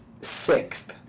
sixth